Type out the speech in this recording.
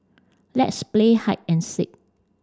let's play hide and seek